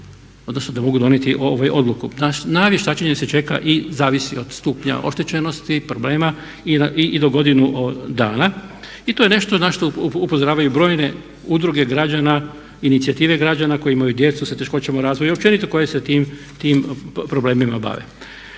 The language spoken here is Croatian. odnosno da mogu donijeti odluku. Na vještačenje se čeka i zavisi od stupnja oštećenosti, problema i do godinu dana. I to je nešto na što upozoravaju brojne udruge građana, inicijative građana koje imaju djecu sa teškoćama u razvoju i općenito koje se tim problemima bave.